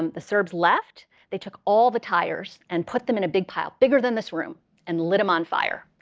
um the serbs left. they took all the tires and put them in a big pile bigger than this room and lit them on fire.